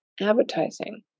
advertising